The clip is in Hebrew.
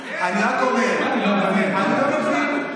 איך מגדירים מי שבית המשפט הרשיעו אותו?